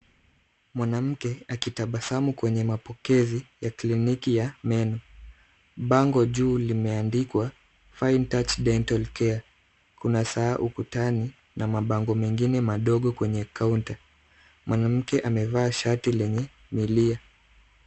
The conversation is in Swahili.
Mwanamke akitabasamu kwenye mapokezi ya kliniki ya meno. Bango juu limeandikwa Fine Touch dental care. Kuna saa ukutani na mabango mengine madogo kwenye kaunta. Mwanamke amevaa shati lenye milia.